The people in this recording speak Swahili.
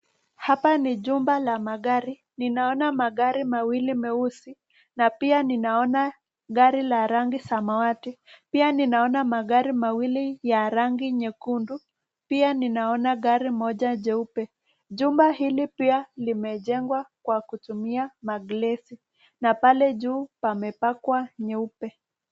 Hapa ni jumba la magari, ninaona magari mawili meusi, na pia ninaona gari la rangi samawati, pia ninaona magari mawili ya rangi nyekundu, pia ninaona gari moja jeupe, jumba hili pia limejengwa kwa kutumia maglasi, na pale juu pamepakwa nyeupe.